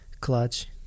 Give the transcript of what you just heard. Clutch